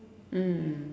mm